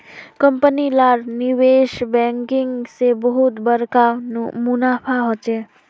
company लार निवेश banking से बहुत बड़का मुनाफा होचे